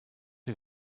you